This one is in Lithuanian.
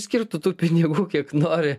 skirk tu tų pinigų kiek nori